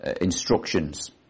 instructions